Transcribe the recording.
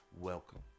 welcome